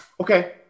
Okay